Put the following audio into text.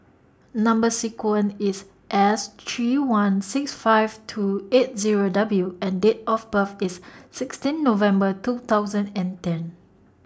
Number sequence IS S three one six five two eight Zero W and Date of birth IS sixteen November two thousand and ten